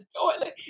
toilet